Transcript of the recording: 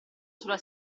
sulla